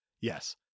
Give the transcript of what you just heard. Yes